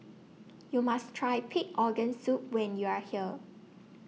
YOU must Try Pig Organ Soup when YOU Are here